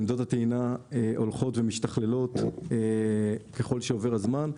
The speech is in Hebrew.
עמדות הטעינה הולכות ומשתכללות ככל שעובר הזמן.